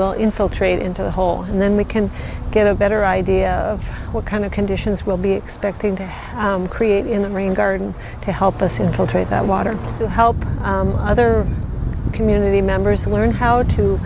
will infiltrate into the hole and then we can get a better idea of what kind of conditions will be expected to create in the marine garden to help us in poultry that water to help other community members learn how to